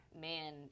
man